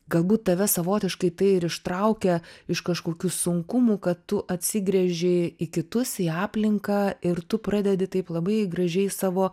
galbūt tave savotiškai tai ir ištraukia iš kažkokių sunkumų kad tu atsigręži į kitus į aplinką ir tu pradedi taip labai gražiai savo